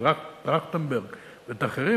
רק טרכטנברג ואת האחרים,